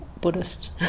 Buddhist